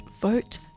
Vote